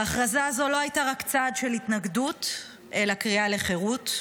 ההכרזה הזו לא הייתה רק צעד של התנגדות אלא קריאה לחירות,